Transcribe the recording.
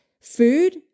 food